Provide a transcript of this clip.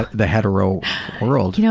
the hetero world. you know